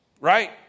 right